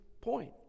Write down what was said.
point